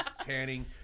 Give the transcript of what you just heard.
tanning